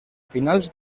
finals